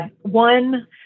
one